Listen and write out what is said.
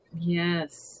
Yes